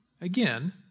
Again